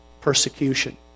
persecution